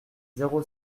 zéro